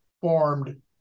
formed